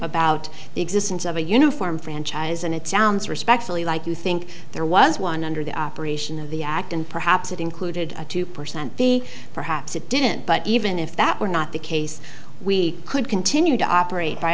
about the existence of a uniform franchise and it sounds respectfully like you think there was one under the operation of the act and perhaps it included a two percent fee perhaps it didn't but even if that were not the case we could continue to operate by